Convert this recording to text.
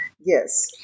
Yes